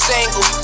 Single